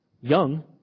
young